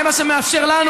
זה מה שמאפשר לנו,